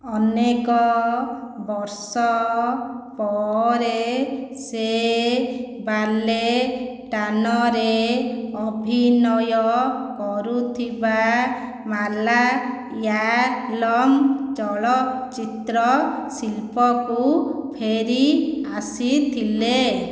ଅନେକ ବର୍ଷ ପରେ ସେ ବାଲେ ଟାନରେ ଅଭିନୟ କରୁଥିବା ମାଲା ୟା ଲଙ୍ଗ୍ ଚଳଚ୍ଚିତ୍ର ଶିଳ୍ପକୁ ଫେରି ଆସିଥିଲେ